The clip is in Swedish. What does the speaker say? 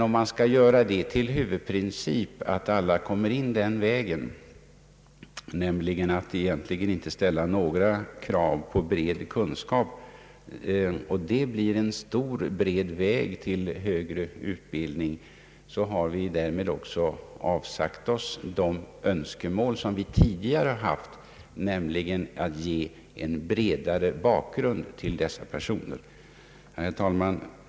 Om vi gör till en huvudprincip att låta alla få tillträde till högre studier, dvs. att egentligen inte ställa några krav på bred kunskap, så har vi därmed också frångått det önskemål som vi tidigare haft, nämligen att de universitetsstuderande skall förvärva en bred bakgrund. Herr talman!